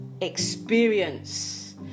experience